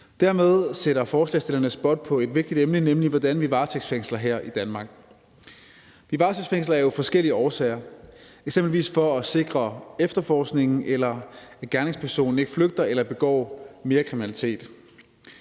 Dermed sætter forslagsstillerne spot på et vigtigt emne, nemlig hvordan vi varetægtsfængsler her i Danmark. Vi varetægtsfængsler jo af forskellige årsager, eksempelvis for at sikre efterforskningen eller sikre, at gerningspersonen ikke flygter eller begår mere kriminalitet.